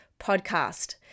Podcast